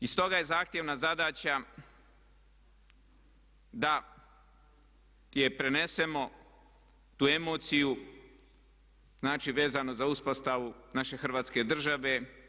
I stoga je zahtjevna zadaća da je prenesemo, tu emociju, znači vezano za uspostavu naše Hrvatske države.